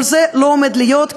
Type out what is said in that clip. כל זה לא עומד להיות,